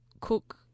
cook